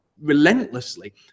relentlessly